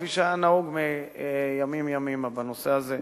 כפי שהיה נהוג מימים ימימה בנושא הזה,